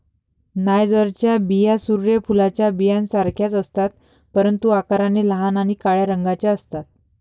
नायजरच्या बिया सूर्य फुलाच्या बियांसारख्याच असतात, परंतु आकाराने लहान आणि काळ्या रंगाच्या असतात